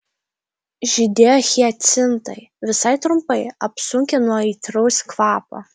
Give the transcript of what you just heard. žydėjo hiacintai visai trumpai apsunkę nuo aitraus kvapo